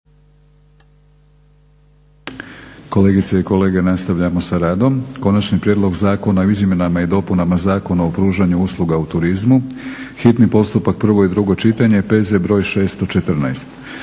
Kolegice i kolege nastavljamo sa radom. - Konačni prijedlog zakona o izmjenama i dopunama Zakona o pružanju usluga u turizmu, hitni postupak, prvo i drugo čitanje, P.Z. br. 614